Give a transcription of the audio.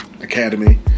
Academy